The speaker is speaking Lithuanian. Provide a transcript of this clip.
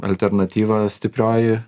alternatyva stiprioji